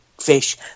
fish